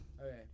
Okay